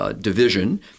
division